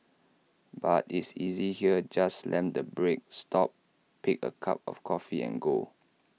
but is easy here just slam the brake stop pick A cup of coffee and go